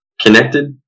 connected